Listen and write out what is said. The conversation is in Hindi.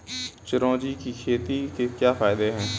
चिरौंजी की खेती के क्या फायदे हैं?